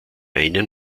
einen